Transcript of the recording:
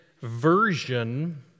Version